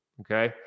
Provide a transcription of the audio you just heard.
Okay